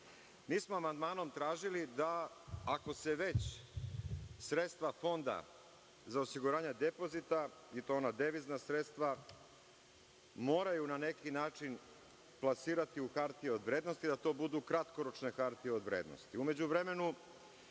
smo amandmanom tražili da, ako se već sredstva Fonda za osiguranje depozita, i to ona devizna sredstva, moraju na neki način plasirati u hartije od vrednosti, da to budu kratkoročne hartije od vrednosti. U međuvremenu,